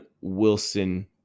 Wilson